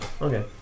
Okay